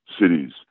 cities